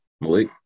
Malik